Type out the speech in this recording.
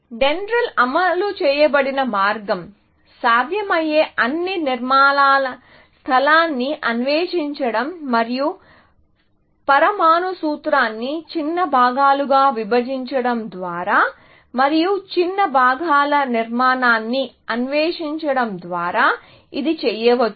Dendral అమలు చేయబడిన మార్గం సాధ్యమయ్యే అన్ని నిర్మాణాల స్థలాన్ని అన్వేషించడం మరియు పరమాణు సూత్రాన్ని చిన్న భాగాలుగా విభజించడం ద్వారా మరియు చిన్న భాగాల నిర్మాణాన్ని అన్వేషించడం ద్వారా ఇది చేయవచ్చు